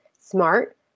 Smart